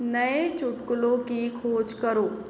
नए चुटकुलों की खोज करो